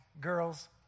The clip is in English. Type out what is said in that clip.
girls